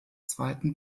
zweiten